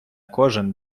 кожен